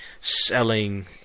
selling